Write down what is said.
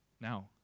now